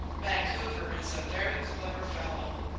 vancouver is a very clever fellow.